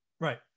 Right